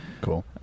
Cool